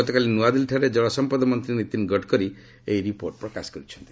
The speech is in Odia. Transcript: ଗତକାଲି ନୂଆଦିଲ୍ଲୀଠାରେ ଜଳସଂପଦ ମନ୍ତ୍ରୀ ନୀତିନ ଗଡ୍କରି ଏହି ରିପୋର୍ଟ ପ୍ରକାଶ କରିଚ୍ଛନ୍ତି